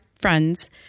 friends